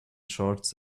shorts